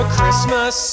Christmas